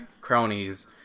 cronies